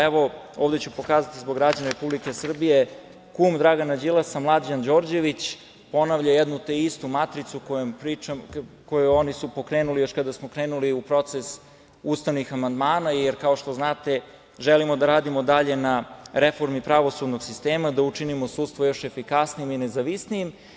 Evo, ovde ću pokazati zbog građana Republike Srbije, kum Dragana Đilasa, Mlađan Đorđević ponavlja jednu te istu matricu, koju su oni pokrenuli još kada smo krenuli u proces ustavnih amandmana, jer kao što znate, želimo da radimo dalje na reformi pravosudnog sistema, da učinimo sudstvo još efikasnijim i nezavisnijim.